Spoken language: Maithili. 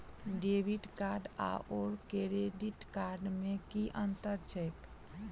डेबिट कार्ड आओर क्रेडिट कार्ड मे की अन्तर छैक?